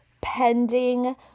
pending